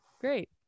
Great